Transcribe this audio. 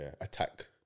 attack